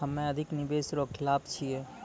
हम्मे अधिक निवेश रो खिलाफ छियै